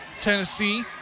Tennessee